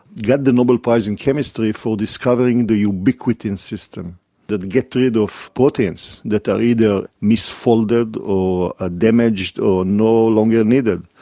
got the nobel prize in chemistry for discovering the ubiquitin system that gets rid of proteins that are either misfolded or ah damaged or no longer needed.